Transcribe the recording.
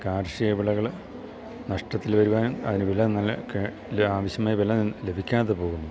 കാർഷിക വിളകൾ നഷ്ടത്തിൽ വരുവാനും അതിന് വില നല്ല ആവശ്യമായ വില ലഭിക്കാതെ പോകുന്നു